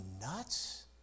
nuts